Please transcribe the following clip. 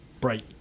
bright